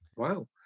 Wow